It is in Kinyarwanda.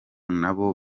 nabo